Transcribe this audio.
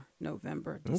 November